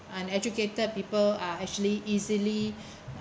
uneducated people are actually easily